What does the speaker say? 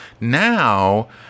now